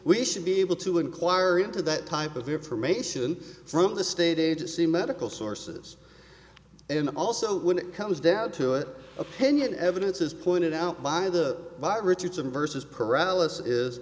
we should be able to inquire into that type of information from the state agency medical sources and also when it comes down to it opinion evidence as pointed out by the by richardson versus paralysis is